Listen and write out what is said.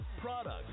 product